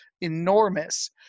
enormous